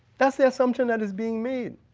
that's the assumption that is being made.